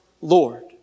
Lord